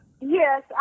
Yes